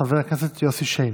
חבר הכנסת יוסי שיין.